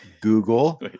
Google